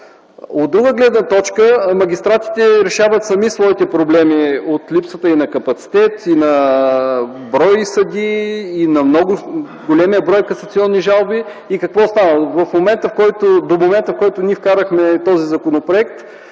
От друга гледна точка, магистратите решават сами своите проблеми от липсата на капацитет и брой съдии, а и на големия брой касационни жалби. До момента, в който вкарахме този законопроект,